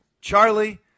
Charlie